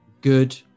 good